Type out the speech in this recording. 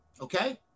Okay